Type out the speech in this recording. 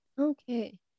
Okay